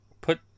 put